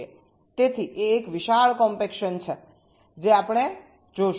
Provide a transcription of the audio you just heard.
તેથી તે એક વિશાળ કોમ્પેક્શન છે જે આપણે જોશું